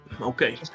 Okay